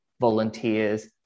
volunteers